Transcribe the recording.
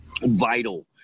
vital